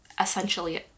essentially